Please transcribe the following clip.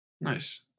Nice